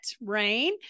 Rain